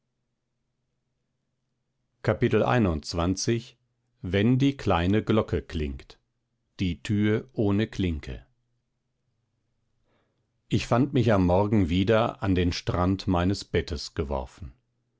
ich fand mich am morgen wieder an den strand meines bettes geworfen